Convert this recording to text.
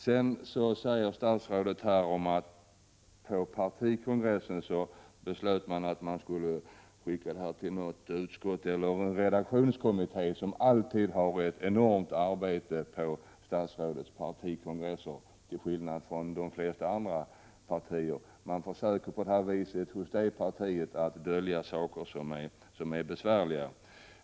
Sedan sade statsrådet att partikongressen beslöt att skicka ärendet till redaktionskommittén, som alltid har ett enormt arbete på statsrådets partikongresser till skillnad från vad som är fallet beträffande de flesta andra partier. Partiet försöker på det här viset dölja saker som är besvärliga.